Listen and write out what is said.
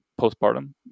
postpartum